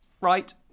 Right